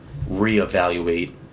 reevaluate